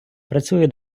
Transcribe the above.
працює